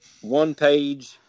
one-page